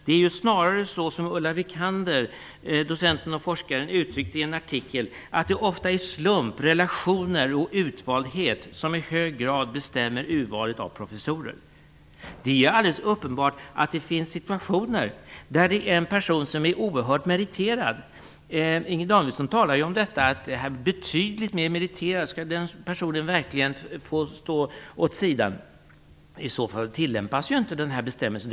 Det är snarare så, som docenten och forskaren Ulla Wikander uttryckte det i en artikel, att det ofta är slump, relationer och utvaldhet som i hög grad bestämmer urvalet av professorer. Det är helt uppenbart att det finns situationer där en person är oerhört meriterad. Inger Davidson talade om detta och frågade om en person som är betydligt mer meriterad verkligen skall få stå åt sidan. I så fall tillämpas ju inte den här bestämmelsen.